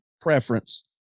preference